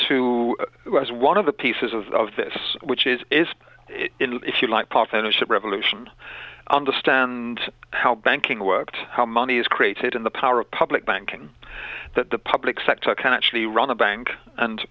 as one of the pieces of this which is is if you like partnership revolution understand how banking worked how money is created in the power of public banking that the public sector can actually run a bank and